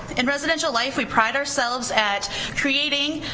in residential life we pride ourselves at creating